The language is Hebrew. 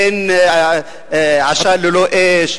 אין עשן ללא אש.